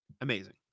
Amazing